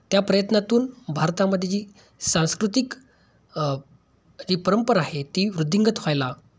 त्या प्रयत्नातून भारतामध्ये जी सांस्कृतिक जी परंपरा आहे ती वृद्धिंगत व्हायला